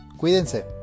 Cuídense